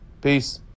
Peace